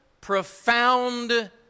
profound